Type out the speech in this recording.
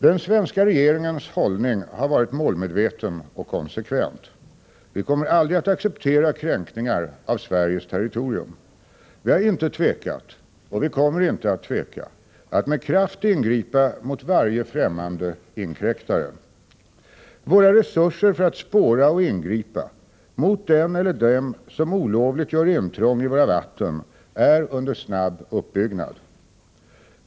Den svenska regeringens hållning har varit målmedveten och konsekvent. Vi kommer aldrig att acceptera kränkningar av Sveriges territorium. Vi har inte tvekat, och vi kommer inte att tveka, att med kraft ingripa mot varje främmande inkräktare. Våra resurser för att spåra och ingripa mot den eller dem som olovligt gör intrång i våra vatten är under snabb uppbyggnad.